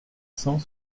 cent